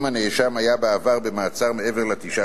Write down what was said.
אם הנאשם היה בעבר במעצר מעבר לתשעה